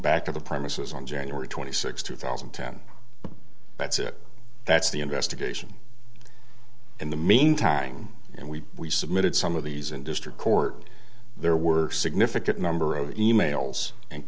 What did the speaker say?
back to the premises on january twenty sixth two thousand and ten that's it that's the investigation in the meantime and we submitted some of these in district court there were significant number of e mails and